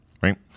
Right